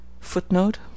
Footnote